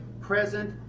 present